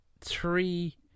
Three